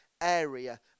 area